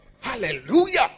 Hallelujah